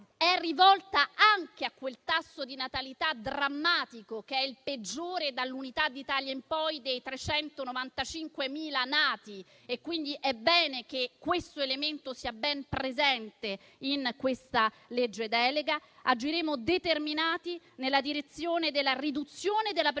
è rivolta anche a un tasso di natalità drammatico, il peggiore dall'Unità d'Italia in poi, pari a 395.000 nati: è bene quindi che tale elemento sia presente in questa legge delega. Agiremo determinati nella direzione della riduzione della pressione